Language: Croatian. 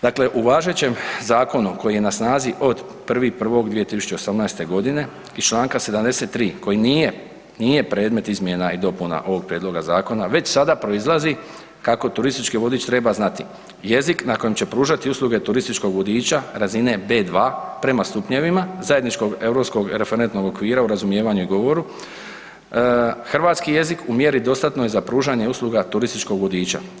Dakle u važećem zakonu koji je na snazi od 1.1.2018. g. iz čl. 73. koji nije, nije predmet izmjena i dopuna ovog prijedloga zakona, već sada proizlazi kako turistički vodič treba znati jezik na kojem će pružati usluge turističkog vodiča razine B2 prema stupnjevima Zajedničkog europskog referentnog okvira o razumijevanju i govoru, hrvatski jezik u mjeri dostatnoj za pružanje usluga turističkog vodiča.